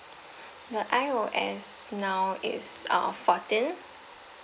the I_O_S now is uh fourteen